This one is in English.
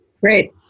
Great